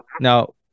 Now